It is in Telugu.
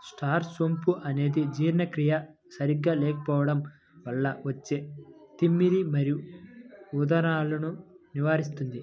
స్టార్ సోంపు అనేది జీర్ణక్రియ సరిగా లేకపోవడం వల్ల వచ్చే తిమ్మిరి మరియు ఉదరాలను నివారిస్తుంది